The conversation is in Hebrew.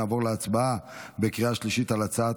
נעבור להצבעה בקריאה השלישית על הצעת